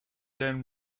then